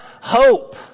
hope